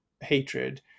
hatred